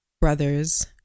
brother's